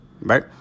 right